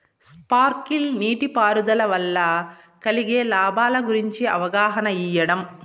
Sprinkle నీటిపారుదల వల్ల కలిగే లాభాల గురించి అవగాహన ఇయ్యడం?